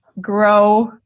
grow